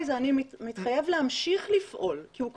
אני מתחייב להמשיך לפעול כי הוא כבר פעל.